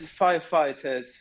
firefighters